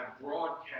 broadcast